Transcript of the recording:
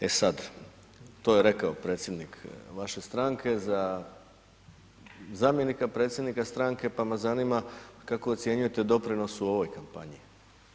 E sad, to je rekao predsjednik vaše stranke za zamjenika predsjednika stranke pa me zanima kako ocjenjujete doprinos u ovoj kampanji?